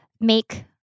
make